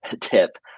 tip